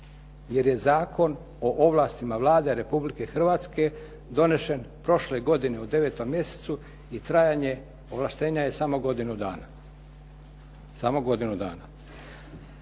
jer je Zakon o ovlastima Vlade Republike Hrvatske donesen prošle godine u 9 mjesecu i trajanje ovlaštenja je samo godinu dana. Samo godinu dana.